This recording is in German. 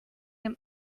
dem